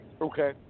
Okay